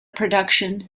production